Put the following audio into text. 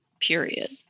Period